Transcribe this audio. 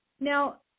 Now